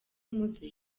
umuze